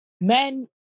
men